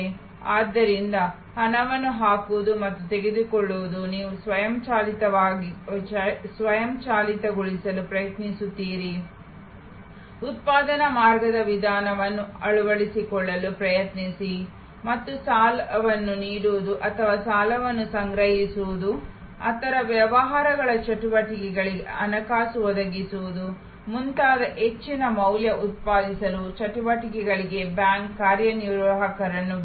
ಆದ್ದರಿಂದ ಹಣವನ್ನು ಹಾಕುವುದು ಮತ್ತು ತೆಗೆದುಕೊಳ್ಳುವುದು ನೀವು ಸ್ವಯಂಚಾಲಿತಗೊಳಿಸಲು ಪ್ರಯತ್ನಿಸುತ್ತೀರಿ ಉತ್ಪಾದನಾ ಮಾರ್ಗದ ವಿಧಾನವನ್ನು ಅಳವಡಿಸಿಕೊಳ್ಳಲು ಪ್ರಯತ್ನಿಸಿ ಮತ್ತು ಸಾಲವನ್ನು ನೀಡುವುದು ಅಥವಾ ಸಾಲಗಳನ್ನು ಸಂಗ್ರಹಿಸುವುದು ಅಥವಾ ವ್ಯವಹಾರ ಚಟುವಟಿಕೆಗಳಿಗೆ ಹಣಕಾಸು ಒದಗಿಸುವುದು ಮುಂತಾದ ಹೆಚ್ಚಿನ ಮೌಲ್ಯ ಉತ್ಪಾದಿಸುವ ಚಟುವಟಿಕೆಗಳಿಗೆ ಬ್ಯಾಂಕ್ ಕಾರ್ಯನಿರ್ವಾಹಕರನ್ನು ಬಿಡಿ